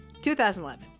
2011